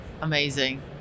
amazing